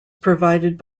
provided